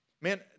Man